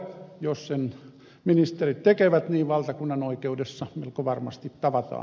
jos sen ministerit tekevät niin valtakunnanoikeudessa melko varmasti tavataan